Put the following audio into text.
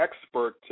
expert